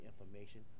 information